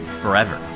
forever